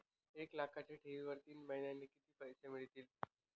एक लाखाच्या ठेवीवर तीन महिन्यांनी किती पैसे मिळतील?